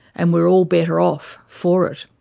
and we're all better off for it.